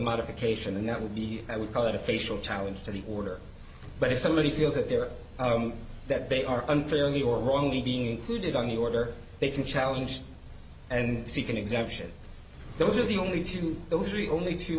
modification and that would be i would call it a facial challenge to the order but if somebody feels that they're that they are unfairly or wrongly being included on the order they can challenge and seek an exemption those are the only two those three only two